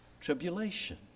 tribulation